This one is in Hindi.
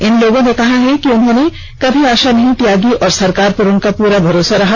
इन लोगों ने कहा कि उन्होंने कभी आशा नहीं त्यागी और सरकार पर उनका पूरा भरोसा रहा